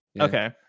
Okay